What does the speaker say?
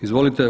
Izvolite.